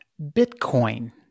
Bitcoin